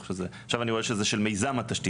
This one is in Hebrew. עכשיו אני רואה שזה של מיזם התשתית.